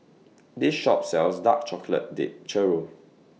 This Shop sells Dark Chocolate Dipped Churro